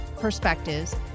perspectives